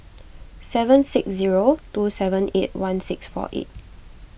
seven six zero two seven eight one six four eight